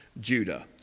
Judah